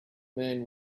man